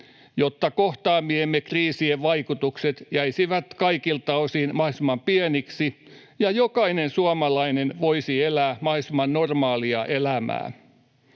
jotta kohtaamiemme kriisien vaikutukset jäisivät kaikilta osin mahdollisimman pieniksi ja jokainen suomalainen voisi elää mahdollisimman normaalia elämää.